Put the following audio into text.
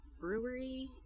brewery